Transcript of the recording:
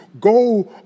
go